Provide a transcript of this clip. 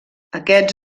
aquests